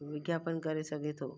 विज्ञापन करे सघे थो